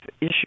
issue